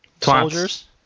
Soldiers